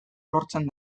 lortzen